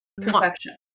Perfection